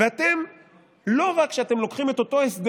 השר,